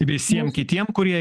visiem kitiem kurie